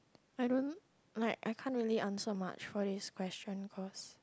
I don't like I can't really answer much for this question because